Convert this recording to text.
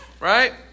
right